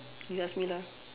you ask me lah